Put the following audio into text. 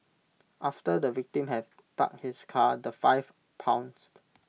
after the victim had parked his car the five pounced